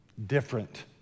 Different